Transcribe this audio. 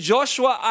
Joshua